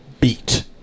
Beat